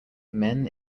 men